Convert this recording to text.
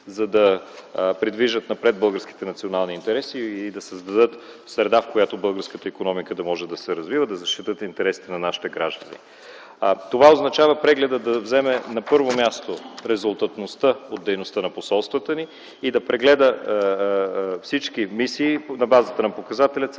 за да придвижат напред българските национални интереси и създадат среда, в която българската икономика да може да се развива, да защитят интересите на нашите граждани. Това означава в прегледа първо място да заеме резултатността от дейността на посолствата ни и да прегледа всички мисии на базата на показателя